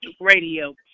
Radio